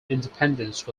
independence